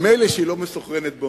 אבל מילא שהיא לא מסונכרנת באוזני,